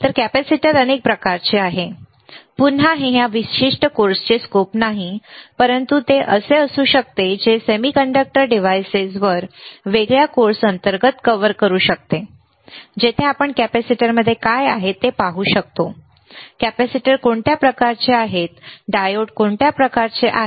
तर कॅपेसिटर अनेक प्रकार आहेत पुन्हा हे या विशिष्ट कोर्सचे स्कोप नाही परंतु ते असे असू शकते जे सेमीकंडक्टर डिव्हाइसेसवर वेगळ्या कोर्स अंतर्गत कव्हर करू शकते जेथे आपण कॅपेसिटरमध्ये काय आहे ते पाहू शकतो कॅपेसिटर कोणत्या प्रकारचे आहेत डायोड कोणत्या प्रकारचे आहेत